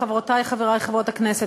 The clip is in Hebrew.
חברותי וחברי חברות הכנסת,